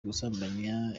gusambanya